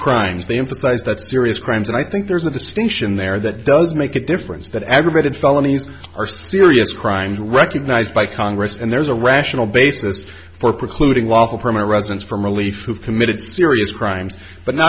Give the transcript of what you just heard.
crimes they emphasize that serious crimes and i think there's a distinction there that does make a difference that aggravated felonies are serious crimes recognized by congress and there's a rational basis for precluding lawful permanent residents from relief who have committed serious crimes but no